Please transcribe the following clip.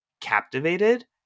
captivated